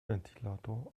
ventilator